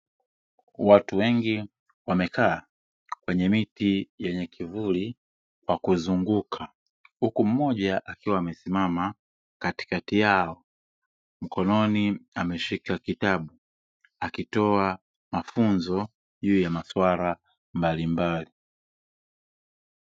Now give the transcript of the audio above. Watu wengi wamekaa kwenye miti yenye kivuli kwa kuzunguka huku mmoja akiwa amesimama katikati yao, mkononi ameshika kitabu akitoa mafunzo juu ya masuala mbalimbali.